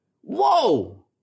Whoa